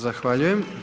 Zahvaljujem.